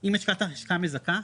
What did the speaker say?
אם השקעת השקעה מזכה,